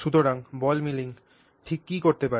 সুতরাং ball milling ঠিক কী করতে পারে